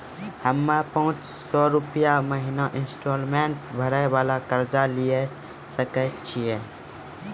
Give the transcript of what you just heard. हम्मय पांच सौ रुपिया महीना इंस्टॉलमेंट भरे वाला कर्जा लिये सकय छियै?